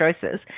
choices